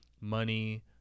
money